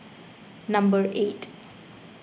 number eight